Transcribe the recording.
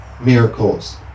miracles